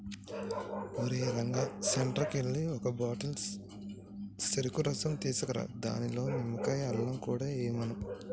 ఓరేయ్ రంగా సెంటర్కి ఎల్లి ఒక బాటిల్ సెరుకు రసం తీసుకురా దానిలో నిమ్మకాయ, అల్లం కూడా ఎయ్యమను